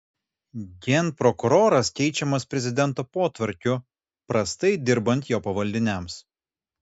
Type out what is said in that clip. genprokuroras keičiamas prezidento potvarkiu prastai dirbant jo pavaldiniams